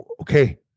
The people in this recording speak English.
okay